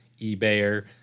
eBayer